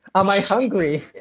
um i hungry?